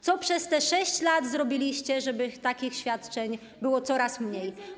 Co przez 6 lat zrobiliście, żeby takich świadczeń było coraz mniej?